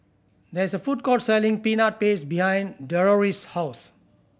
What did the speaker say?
there is a food court selling Peanut Paste behind Deloris' house